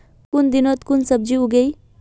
कुन दिनोत कुन सब्जी उगेई?